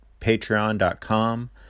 patreon.com